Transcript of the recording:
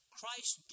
Christ